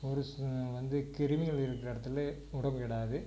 ஒரு சு வந்து கிருமிகள் இருக்கிற இடத்துல விடக்கூடாது